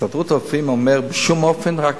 הסתדרות הרופאים אומרת: בשום אופן לא,